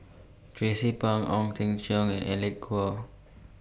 Tracie Pang Ong Teng Cheong and Alec Kuok